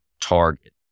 target